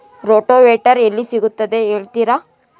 Rotavator ಎಲ್ಲಿ ಸಿಗುತ್ತದೆ ಹೇಳ್ತೇರಾ?